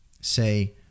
say